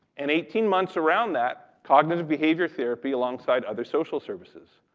and eighteen months around that, cognitive behavior therapy alongside other social services,